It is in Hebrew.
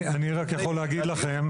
אני רק יכול להגיד לכם,